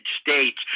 States